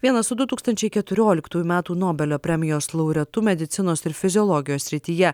vienas su du tūkstančiai keturioliktųjų metų nobelio premijos laureatu medicinos ir fiziologijos srityje